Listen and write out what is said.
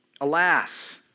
Alas